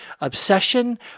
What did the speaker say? obsession